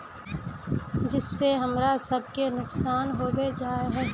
जिस से हमरा सब के नुकसान होबे जाय है?